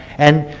and